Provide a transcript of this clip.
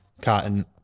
cotton